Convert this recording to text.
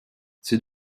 c’est